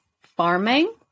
farming